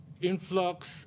influx